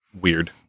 weird